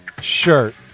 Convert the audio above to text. shirt